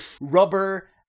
rubber